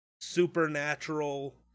supernatural